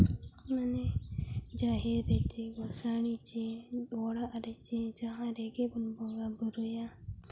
ᱢᱟᱱᱮ ᱡᱟᱦᱮᱨ ᱨᱮᱥᱮ ᱜᱳᱥᱟᱲᱮ ᱪᱮ ᱚᱲᱟᱜ ᱨᱮ ᱪᱮ ᱡᱟᱦᱟᱸ ᱨᱮᱜᱮ ᱵᱚᱱ ᱵᱚᱸᱜᱟᱼᱵᱳᱨᱳᱭᱟ